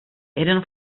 eren